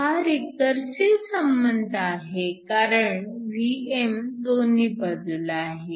हा रिकर्सिव्ह संबंध आहे कारण Vm दोन्ही बाजूला आहे